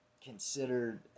considered